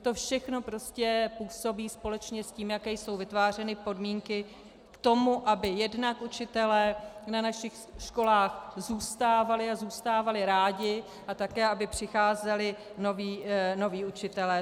To všechno působí společně s tím, jaké jsou utvářeny podmínky k tomu, aby jednak učitelé na našich školách zůstávali, a zůstávali rádi, a také aby přicházeli noví učitelé.